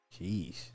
Jeez